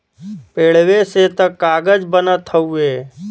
पेड़वे से त कागज बनत हउवे